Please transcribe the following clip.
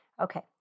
Okay